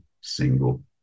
single